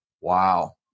wow